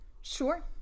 sure